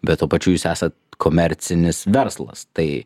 bet tuo pačiu jūs esat komercinis verslas tai